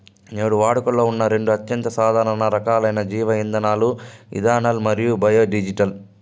నేడు వాడుకలో ఉన్న రెండు అత్యంత సాధారణ రకాలైన జీవ ఇంధనాలు ఇథనాల్ మరియు బయోడీజిల్